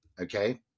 okay